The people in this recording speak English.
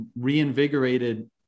reinvigorated